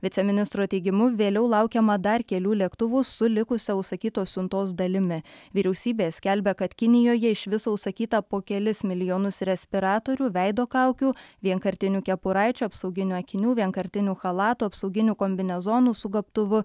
viceministro teigimu vėliau laukiama dar kelių lėktuvų su likusia užsakytos siuntos dalimi vyriausybė skelbia kad kinijoje iš viso užsakyta po kelis milijonus respiratorių veido kaukių vienkartinių kepuraičių apsauginių akinių vienkartinių chalatų apsauginių kombinezonų su gobtuvu